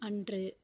அன்று